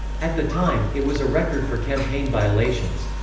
at the time, it was a record for campaign violations.